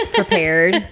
prepared